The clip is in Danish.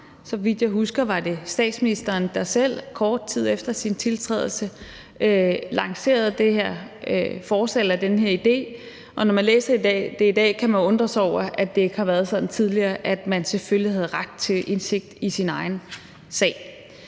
Så vidt jeg husker, var det statsministeren, der selv kort tid efter sin tiltrædelse lancerede den her idé, og når man læser forslaget i dag, kan man undre sig over, at det ikke har været sådan tidligere, altså at man selvfølgelig havde ret til indsigt i sin egen sag